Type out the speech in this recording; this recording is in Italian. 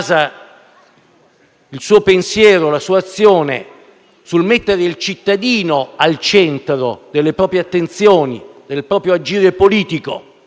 il suo pensiero e la sua azione sul mettere al centro delle proprie attenzioni, del proprio agire politico